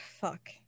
fuck